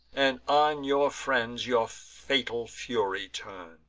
and on your friends your fatal fury turn.